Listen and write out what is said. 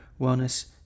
wellness